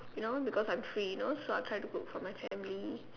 you know because I'm free you know so I'll try to cook for my family